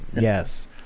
Yes